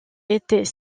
était